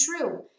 true